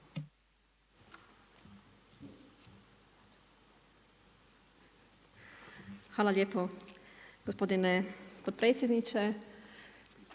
Hvala lijepo gospodine potpredsjedniče,